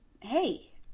hey